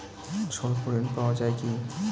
স্বল্প ঋণ পাওয়া য়ায় কি?